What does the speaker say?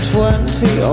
Twenty